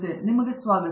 ಆದ್ದರಿಂದ ಮೊದಲ ಸ್ವಾಗತ